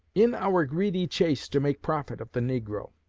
in our greedy chase to make profit of the negro,